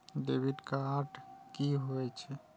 Debit card की होय छेय?